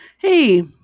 Hey